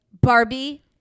Barbie